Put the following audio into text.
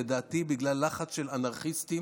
לדעתי בגלל לחץ של אנרכיסטים.